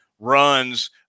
Runs